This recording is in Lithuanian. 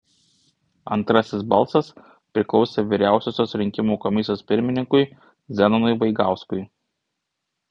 antrasis balsas priklausė vyriausiosios rinkimų komisijos pirmininkui zenonui vaigauskui